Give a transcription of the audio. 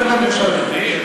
אנחנו חבר'ה מוכשרים.